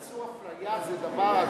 איסור הפליה זה דבר,